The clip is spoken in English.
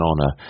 honor